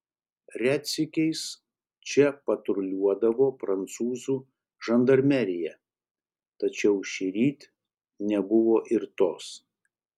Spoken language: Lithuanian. retsykiais čia patruliuodavo prancūzų žandarmerija tačiau šįryt nebuvo ir tos